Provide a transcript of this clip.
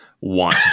want